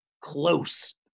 close